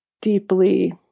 deeply